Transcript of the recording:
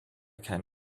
kein